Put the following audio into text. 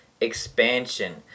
expansion